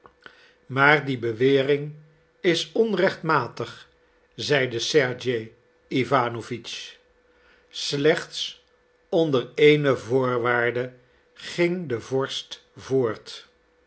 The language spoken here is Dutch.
maar die bewering is onrechtmatig zeide sergej iwanowitsch slechts onder eene voorwaarde ging de vorst voort